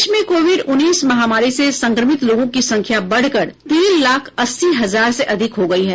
देश में कोविड उन्नीस महामारी से संक्रमित लोगों की संख्या बढ़कर तीन लाख अस्सी हजार से अधिक हो गयी है